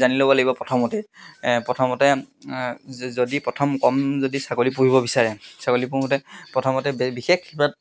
জানি ল'ব লাগিব প্ৰথমতেই প্ৰথমতে যদি প্ৰথম কম যদি ছাগলী পুহিব বিচাৰে ছাগলী পোহোতে প্ৰথমতে বিশেষ কিবা